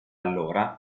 allora